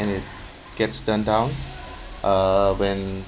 and it gets turned down uh when